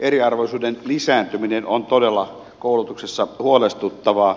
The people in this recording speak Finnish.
eriarvoisuuden lisääntyminen on todella koulutuksessa huolestuttavaa